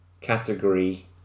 category